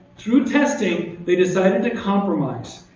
through testing, they decided to compromise.